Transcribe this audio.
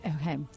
Okay